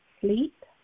sleep